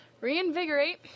reinvigorate